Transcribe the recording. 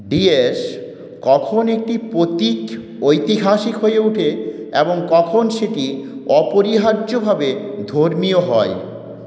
D এস কখন একটি প্রতীক ঐতিহাসিক হয়ে ওঠে এবং কখন সেটি অপরিহার্যভাবে ধর্মীয় হয়